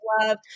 love